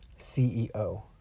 ceo